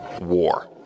war